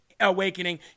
awakening